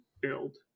build